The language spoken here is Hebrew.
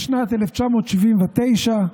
בשנת 1979,